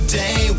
day